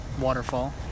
Waterfall